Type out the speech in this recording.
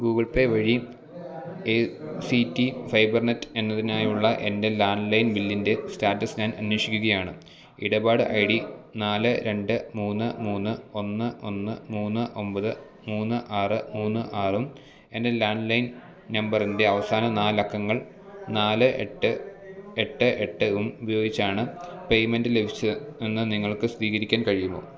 Google pay വഴി A C T fibre net എന്നതിനായുള്ള എൻ്റെ ലാൻഡ് ലൈൻ ബില്ലിൻ്റെ സ്റ്റാറ്റസ് ഞാൻ അന്വേഷിക്കുകയാണ് ഇടപാട് ഐ ഡി നാല് രണ്ട് മൂന്ന് മൂന്ന് ഒന്ന് ഒന്ന് മൂന്ന് ഒമ്പത് മൂന്ന് ആറ് മൂന്ന് ആറും എൻ്റെ ലാൻഡ് ലൈൻ നമ്പറിൻ്റെ അവസാന നാലക്കങ്ങൾ നാല് എട്ട് എട്ട് എട്ടും ഉപയോഗിച്ചാണ് പേയ്മെൻ്റ് ലഭിച്ചത് എന്നു നിങ്ങൾക്കു സ്ഥിരീകരിക്കാൻ കഴിയുമോ